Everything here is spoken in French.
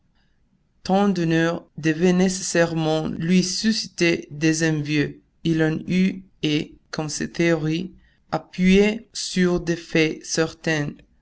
tant d'honneur devait nécessairement lui susciter des envieux il en eut et comme ses théories appuyées sur des faits certains